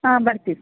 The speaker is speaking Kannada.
ಹಾಂ ಬರ್ತೀವಿ